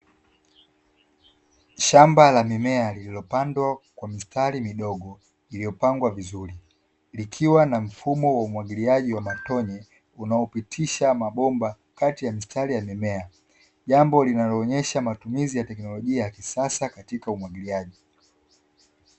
Shamba la mimea iliyopandwa kwa mistari midogo iliyopangwa vizuri, likiwa na mfumo wa umwagiliaji wa matone unaopitisha mabomba kati ya mistari ya mimea. Jambo linaloonyesha matumizi ya teknolojia ya kisasa katika umwagiliaji.